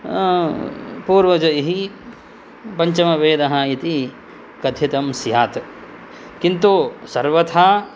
पूर्वजैः पञ्चमवेदः इति कथितं स्यात् किन्तु सर्वथा